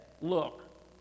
look